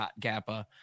Gappa